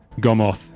Gomoth